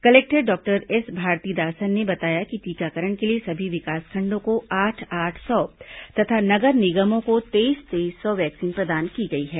collector doctor S Bharathidasan ने बताया कि टीकाकरण के लिए सभी विकासखंडों को आठ आठ सौ तथा नगर निगमों को तेईस तेईस सौ वैक्सीन प्रदान की गई है